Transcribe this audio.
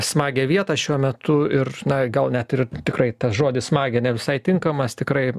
smagią vietą šiuo metu ir na gal net ir tikrai tas žodis smagią ne visai tinkamas tikrai